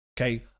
Okay